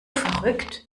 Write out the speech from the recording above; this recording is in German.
verrückt